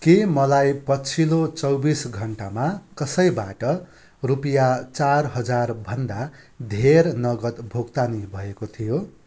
के मलाई पछिल्लो चौबिस घण्टामा कसैबाट रुपियाँ चार हजारभन्दा धेर नगद भुक्तानी भएको थियो